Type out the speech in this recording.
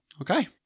Okay